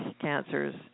cancers